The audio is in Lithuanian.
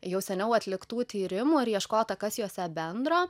jau seniau atliktų tyrimų ir ieškota kas juose bendro